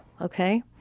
okay